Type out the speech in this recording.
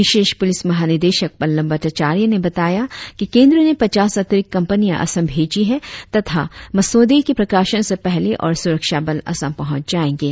विशेष प्रलिस महानिदेशक पल्लब भट्टाचार्य ने बताया कि केंद्र ने पचास अतिरिक्त कंपनियां असम भेजी है तथा मसौदे के प्रकाशन से पहले और सुरक्षा बल असम पहुंच जाएंगे